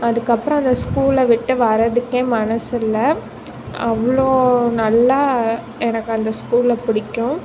அதுக்கப்புறம் அந்த ஸ்கூலை விட்டு வரதுக்கே மனசு இல்லை அவ்வளோ நல்லா எனக்கு அந்த ஸ்கூலை பிடிக்கும்